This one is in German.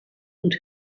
und